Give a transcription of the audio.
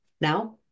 now